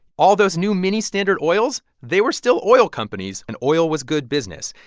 all those new mini standard oils, they were still oil companies. and oil was good business.